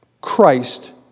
Christ